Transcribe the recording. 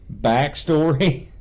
backstory